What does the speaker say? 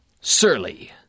Surly